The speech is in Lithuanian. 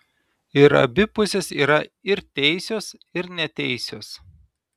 ir abi pusės yra ir teisios ir neteisios